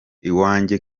iwanjye